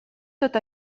tot